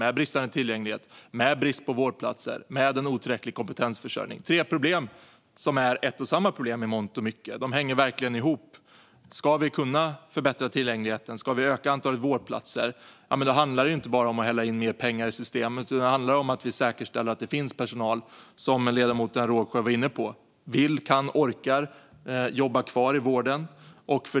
Det är bristande tillgänglighet, brist på vårdplatser och en otillräcklig kompetensförsörjning - tre problem som i mångt och mycket är ett och samma problem. De hänger verkligen ihop. Om vi ska kunna förbättra tillgängligheten och öka antalet vårdplatser handlar det inte bara om att hälla in mer pengar i systemet. Då handlar det om att vi säkerställer att det finns personal som - vilket ledamoten Rågsjö var inne på - vill, kan och orkar jobba kvar i vården.